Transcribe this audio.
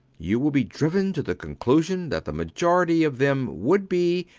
you will be driven to the conclusion that the majority of them would be,